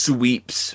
Sweeps